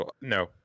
no